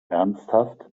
ernsthaft